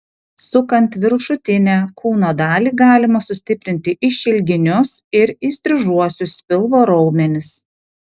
sukant viršutinę kūno dalį galima sustiprinti išilginius ir įstrižuosius pilvo raumenis